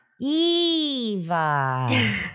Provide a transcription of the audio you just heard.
Eva